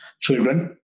children